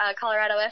Colorado